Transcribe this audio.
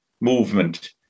movement